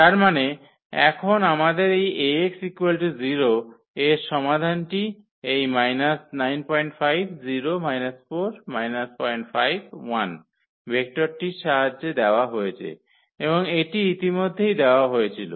তার মানে এখন আমাদের এই 𝐴𝑥 0 এর সমাধানটি এই ভেক্টরটির সাহায্যে দেওয়া হয়েছে এবং এটি ইতিমধ্যেই দেওয়া হয়েছিল